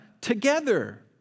together